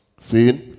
see